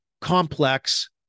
complex